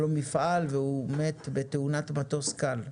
היה לו מפעל והוא מת בתאונת מטוס קל,